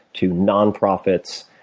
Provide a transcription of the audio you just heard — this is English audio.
to nonprofits,